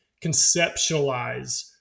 conceptualize